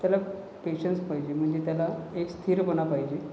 त्याला पेशन्स पाहिजे म्हणजे त्याला एक स्थिरपणा पाहिजे